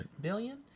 billion